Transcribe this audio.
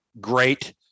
great